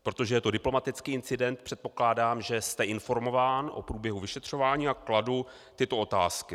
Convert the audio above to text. Protože je to diplomatický incident, předpokládám, že jste informován o průběhu vyšetřování, a kladu tyto otázky.